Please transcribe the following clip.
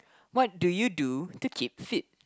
what do you do to keep fit